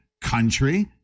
country